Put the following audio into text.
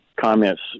Comments